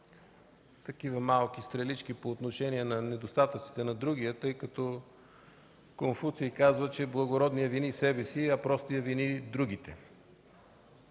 такива малки стрелички по отношение недостатъците на други, тъй като Конфуций казва, че благородният вини себе си, а простият вини другите.